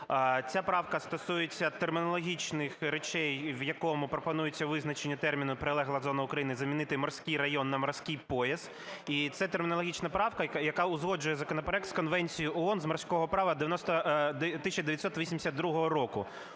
Ця правка стосується термінологічних речей, в якому пропонується визначення терміну "прилегла зона України" замінити "морський район" на "морський пояс". І ця термінологічна правка, яка узгоджує законопроект з Конвенцією ООН з морського права 1982 року.